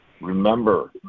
Remember